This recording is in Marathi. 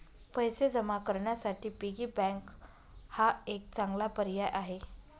पैसे जमा करण्यासाठी पिगी बँक हा एक चांगला पर्याय आहे